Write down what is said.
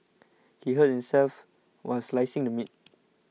he hurt himself while slicing the meat